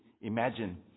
Imagine